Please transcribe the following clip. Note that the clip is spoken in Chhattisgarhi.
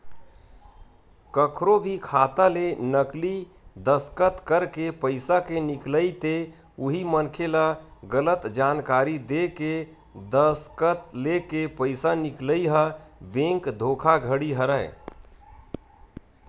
कखरो भी खाता ले नकली दस्कत करके पइसा के निकलई ते उही मनखे ले गलत जानकारी देय के दस्कत लेके पइसा निकलई ह बेंक धोखाघड़ी हरय